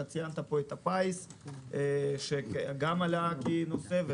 אתה ציינת פה את הפיס שגם עלה כנושא,